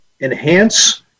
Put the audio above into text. enhance